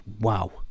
Wow